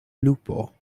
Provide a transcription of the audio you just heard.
lupo